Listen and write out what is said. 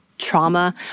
trauma